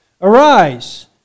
Arise